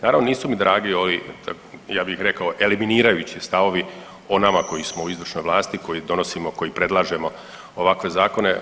Naravno nisu mi dragi ovi ja bih rekao eliminirajući stavovi o nama koji smo u izvršnoj vlasti koji donosimo, koji predlažemo ovakve zakone.